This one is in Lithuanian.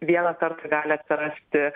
vieną kartą gali atsirasti